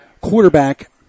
quarterback